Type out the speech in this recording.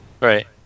Right